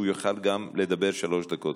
כדי שגם הוא יוכל לדבר שלוש דקות.